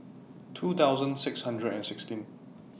two thousand six hundred and sixteen